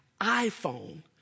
iPhone